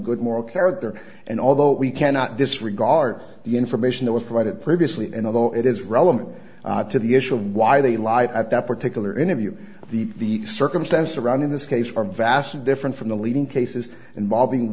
good moral character and although we cannot disregard the information that was provided previously and although it is relevant to the issue of why they lie at that particular interview the circumstances around in this case are vastly different from the leading cases involving